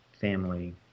family